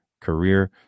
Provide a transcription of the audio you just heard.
career